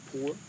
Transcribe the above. poor